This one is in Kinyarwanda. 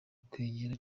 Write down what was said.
kwegera